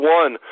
one